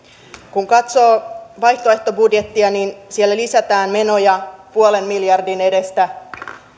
kun katsoo vaihtoehtobudjettia niin siellä lisätään menoja puolen miljardin edestä